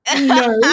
no